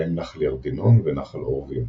בהם נחל ירדינון ונחל עורבים.